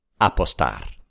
apostar